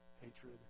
hatred